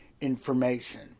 information